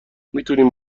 میتوانیم